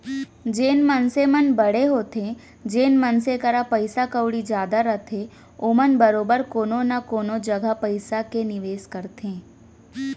जेन मनसे मन बड़े होथे जेन मनसे करा पइसा कउड़ी जादा रथे ओमन बरोबर कोनो न कोनो जघा पइसा के निवेस करथे